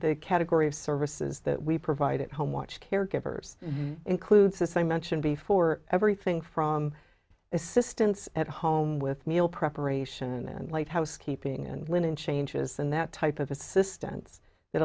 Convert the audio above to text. this category of services that we provide at home watch caregivers includes as i mentioned before everything from assistance at home with meal preparation and light housekeeping and linen changes and that type of assistance that